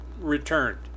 returned